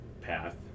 path